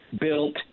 built